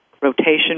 Rotation